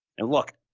and look,